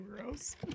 gross